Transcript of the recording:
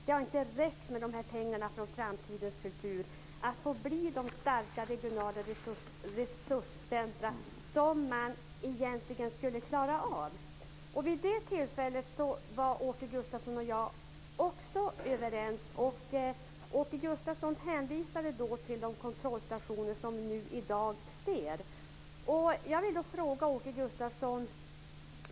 Det har inte räckt med pengarna från Framtidens kultur för att bli de starka regionala resurscentrum som man egentligen skulle klara av. Vid det tillfället var Åke Gustavsson och jag också överens. Han hänvisade då till de kontrollstationer som vi i dag ser.